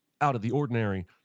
out-of-the-ordinary